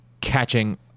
catching